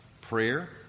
prayer